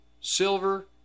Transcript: silver